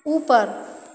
ऊपर